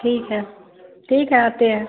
ठीक है ठीक है आते हैं